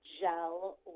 gel